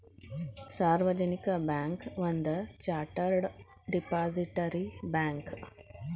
ಸಾರ್ವಜನಿಕ ಬ್ಯಾಂಕ್ ಒಂದ chartered depository bank